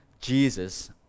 Jesus